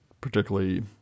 particularly